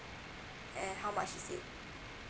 and how much is it